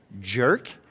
Jerk